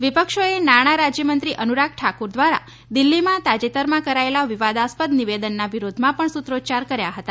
વિપક્ષોએ નાણાં રાજ્યમંત્રી અનુરાગ ઠાકુર દ્વારા દિલ્હીમાં તાજેતરમાં કરાયેલા વિવાદાસ્પદ નિવેદનના વિરોધમાં પણ સુત્રોચ્યાર કર્યો હતો